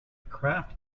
craft